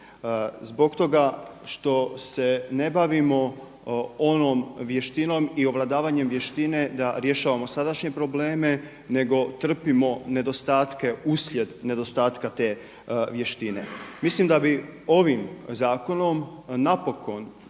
Zbog toga što se ne bavimo onom vještinom i ovladavanjem vještine da rješavamo sadašnje probleme nego trpimo nedostatke uslijed nedostatka te vještine. Mislim da bi ovim zakonom napokon